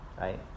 right